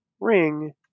ring